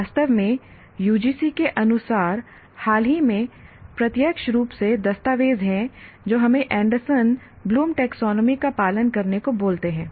वास्तव में UGC के अनुसार हाल ही में प्रत्यक्ष रूप से दस्तावेज है जो हमें एंडरसन ब्लूम टैक्सोनॉमी का पालन करने को बोलते हैं